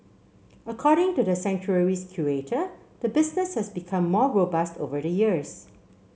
according to the sanctuary's curator the business has become more robust over the years